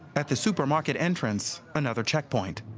at the supermarket entrance another checkpoint.